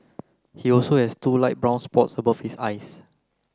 he also has two light brown spots above his eyes